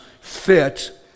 fit